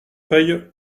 paye